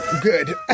Good